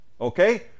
Okay